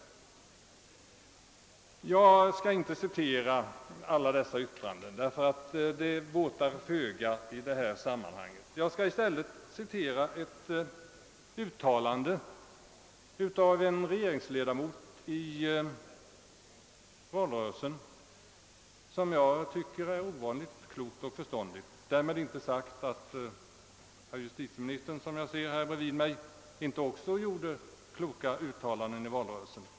Jag skall inte återge alla dessa yttranden, ty det båtar föga; jag skall i stället referera ett uttalande under valrörelsen av en regeringsledamot, som jag finner ovanligt klokt och förståndist — därmed inte sagt att herr justitieministern, som jag ser här bredvid mig, inte också gjorde kloka uttalanden i valrörelsen.